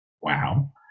Wow